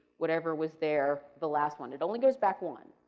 whatever was there the last one, it only goes back one.